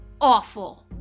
awful